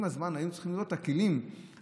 עם הזמן היינו צריכים לבנות את הכלים הנכונים,